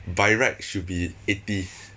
by right should be eighty